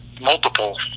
multiple